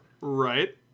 Right